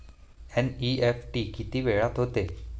NEFT किती वेळात होते?